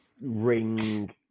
ring